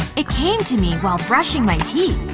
it came to me while brushing my teeth.